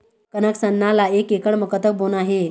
कनक सरना ला एक एकड़ म कतक बोना हे?